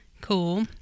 cool